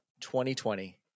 2020